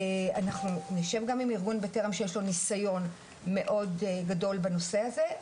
אנחנו נשב גם עם ארגון בטרם שיש לו ניסיון מאוד גדול בנושא הזה,